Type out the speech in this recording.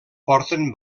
porten